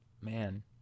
man